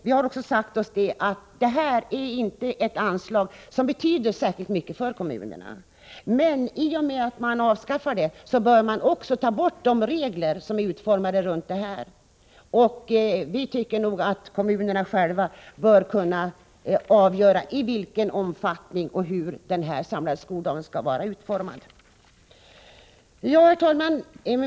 Vi har sagt oss att detta är ett anslag, som inte betyder särskilt mycket för kommunerna. Men när man avskaffar det, bör man även ta bort de regler som är utformade kring det. Kommunerna bör själva få avgöra i vilken omfattning och hur den samlade skoldagen skall vara utformad. Herr talman!